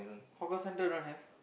hawker center don't have